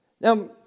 Now